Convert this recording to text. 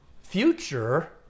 future